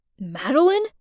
Madeline